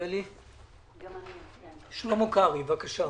שלמה קרעי, בבקשה.